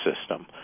system